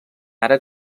ara